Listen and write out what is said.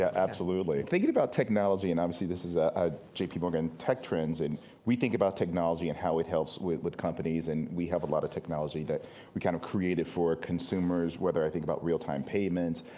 absolutely. thinking about technology, and obviously this is ah ah j p. morgan tech trends, and we think about technology and how it helps with with companies and we have a lot of technology that we kind of created for consumers, whether i think about real time payments,